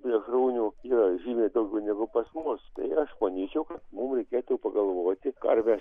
plėšrūnių yra žymiai daugiau negu pas mus tai aš manyčiau kad mum reikėtų pagalvoti ar mes